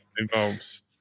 involves